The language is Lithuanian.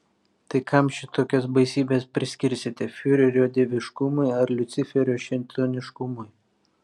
tai kam šitokias baisybes priskirsite fiurerio dieviškumui ar liuciferio šėtoniškumui